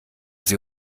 sie